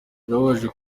birababaje